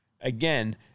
Again